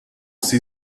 sie